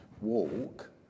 walk